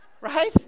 right